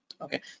okay